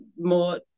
more